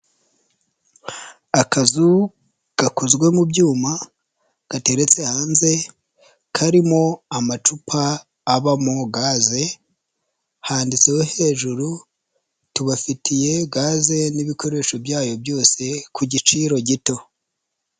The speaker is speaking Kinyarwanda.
Akazu gakozwe mu byuma gateretse hanze karimo amacupa abamo gaze handitseho hejuru tubafitiye gaze n'ibikoresho byayo byose ku giciro gito.